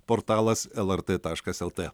portalas lrt taškas lt